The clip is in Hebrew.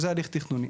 זה הליך תכנוני.